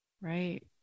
Right